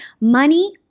Money